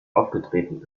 aufgetreten